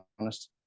honest